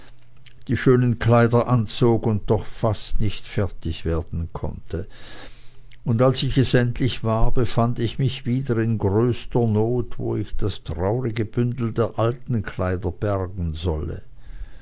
die schönen kleider anzog und doch fast nicht fertig werden konnte und als ich es endlich war befand ich mich wieder in größter not wo ich das traurige bündel der alten kleider bergen solle